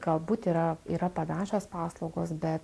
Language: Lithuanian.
galbūt yra yra panašios paslaugos be